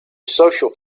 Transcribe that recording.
social